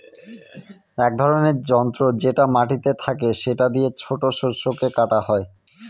এক ধরনের যন্ত্র যেটা মাটিতে থাকে সেটা দিয়ে ছোট শস্যকে কাটা হয়